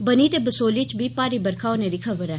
बनी ते बसोहली च बी भारी बरखा होने दी खबर ऐ